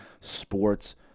sports